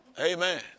Amen